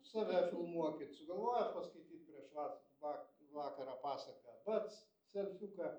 save filmuokit sugalvojot paskaityt prieš vat vak vakarą pasaką bac selfiuką